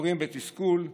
אומרים בתסכול: